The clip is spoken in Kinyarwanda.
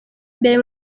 mbere